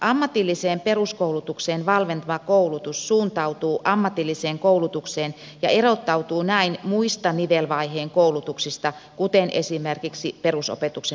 ammatilliseen peruskoulutukseen valmentava koulutus suuntautuu ammatilliseen koulutukseen ja erottautuu näin muista nivelvaihteen koulutuksista kuten esimerkiksi perusopetuksen lisäopetuksesta